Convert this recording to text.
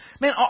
Man